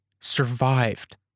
survived